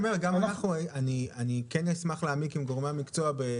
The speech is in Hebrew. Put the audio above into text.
אני כן אשמח להעמיק עם גורמי המקצוע.